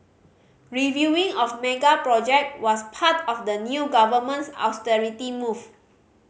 reviewing of mega project was part of the new government's austerity move